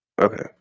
Okay